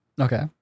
Okay